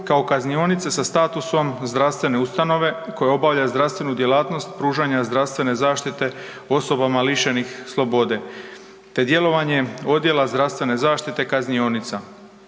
kao kaznionice sa statusom zdravstvene ustanove koja obavlja zdravstvenu djelatnost pružanja zdravstvene zaštite osobama lišenih slobode te djelovanje odjela zdravstvene zaštite kaznionica,